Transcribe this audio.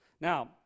Now